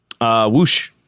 whoosh